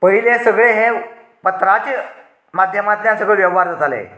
पयलें सगळें हे पत्राचें माध्यमांतल्यान सगळें वेव्हार जातालें